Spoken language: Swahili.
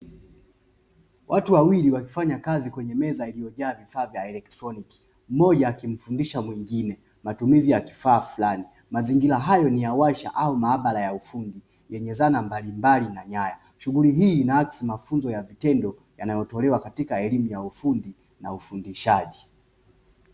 Watu wawili wakifanya kazi kwenye meza iliyojaa vifaa vya elektroniki, mmoja akimfundisha mwingine matumizi ya kifaa fulani, mazingira hayo ni ya warsha au maabara ya ufundi yenye dhana mbalimbali na nyaya, shughuli hii inaakisi mafunzo ya vitendo, yanayotolewa katika ufundi na ufundishaji.